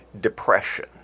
depression